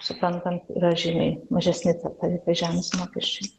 suprantam yra žymiai mažesni tarifai žemės mokesčiui